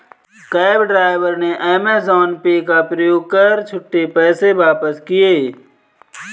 cab driver ने Amazon Pay का प्रयोग कर छुट्टे पैसे वापस किए